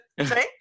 Okay